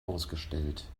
ausgestellt